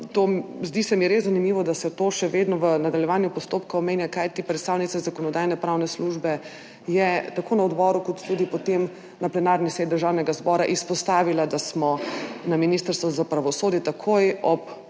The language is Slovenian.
Zdi se mi res zanimivo, da se to še vedno v nadaljevanju postopka omenja, kajti predstavnica Zakonodajno-pravne službe je tako na odboru kot tudi potem na plenarni seji Državnega zbora izpostavila, da smo na Ministrstvu za pravosodje takoj ob